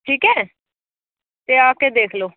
ਠੀਕ ਹੈ ਅਤੇ ਆ ਕੇ ਦੇਖ ਲਓ